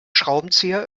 schraubenzieher